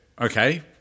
Okay